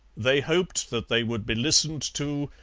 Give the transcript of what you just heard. they hoped that they would be listened to,